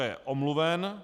Je omluven.